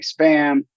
spam